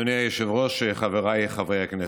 אדוני היושב-ראש, חבריי חברי הכנסת,